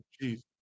Jesus